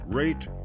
rate